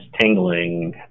tingling